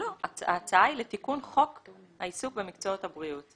ההצעה היא לתיקון חוק העיסוק במקצועות הבריאות.